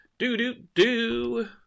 Do-do-do